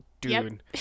dude